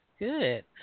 good